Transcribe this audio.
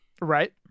Right